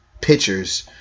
pictures